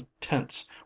tense